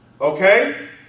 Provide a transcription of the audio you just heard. okay